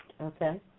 okay